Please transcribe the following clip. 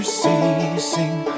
ceasing